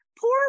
poor